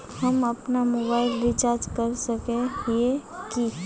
हम अपना mobile recharge कर सकय हिये की?